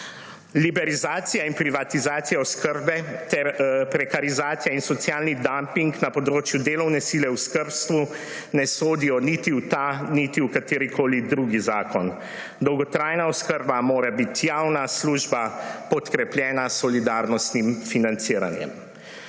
Liberalizacija in privatizacija oskrbe ter prekarizacija in socialni damping na področju delovne sile v skrbstvu ne sodijo niti v ta niti v katerikoli drugi zakon. Dolgotrajna oskrba mora biti javna služba, podkrepljena s solidarnostnim financiranjem.